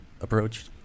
approach